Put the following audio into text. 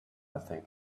think